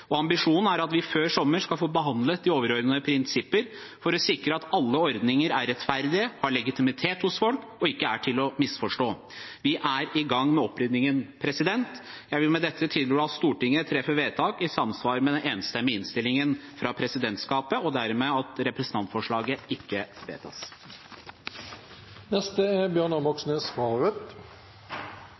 Ambisjonen er at vi før sommeren skal få behandlet de overordnede prinsipper for å sikre at alle ordninger er rettferdige, har legitimitet hos folk, og ikke er til å misforstå. Vi er i gang med oppryddingen. Jeg vil med dette tilrå at Stortinget treffer vedtak i samsvar med den enstemmige innstillingen fra presidentskapet, og dermed at representantforslaget ikke vedtas. Det er